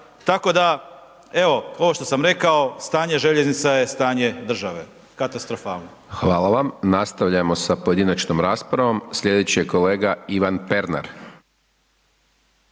tako da evo ovo što sam rekao stanje željeznica je stanje države, katastrofalno. **Hajdaš Dončić, Siniša (SDP)** Hvala vam, nastavljamo sa pojedinačnom raspravom. Slijedeći je kolega Ivan Pernar.